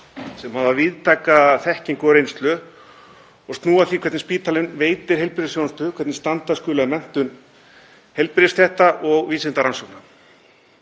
sem hafa víðtæka þekkingu og reynslu og snúa að því hvernig spítalinn veitir heilbrigðisþjónustu og hvernig standa skuli að menntun heilbrigðisstétta og vísindarannsókna.